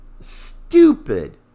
stupid